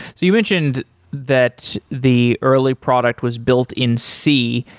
you mentioned that the early product was built in c,